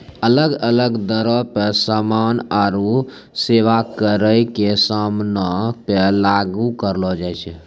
अलग अलग दरो पे समान आरु सेबा करो के समानो पे लागू करलो जाय छै